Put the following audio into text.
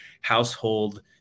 household